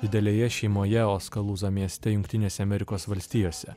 didelėje šeimoje oskalūza mieste jungtinėse amerikos valstijose